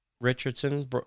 Richardson